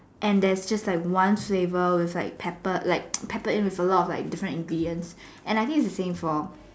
and there's just like one flavour with like peppered in with a lot of different ingredient and I think it's the same floor